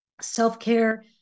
self-care